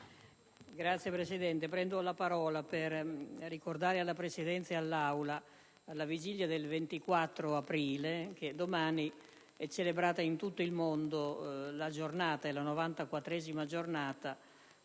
Signor Presidente, prendo la parola per ricordare alla Presidenza e all'Aula, alla vigilia del 24 aprile, che domani è celebrata in tutto il mondo la giornata (si tratta